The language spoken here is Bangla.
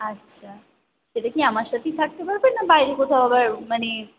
আচ্ছা সেটা কি আমার সাথেই থাকতে পারবে না বাইরে কোথাও আবার মানে